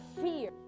fear